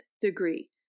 degree